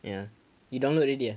ya you download already ah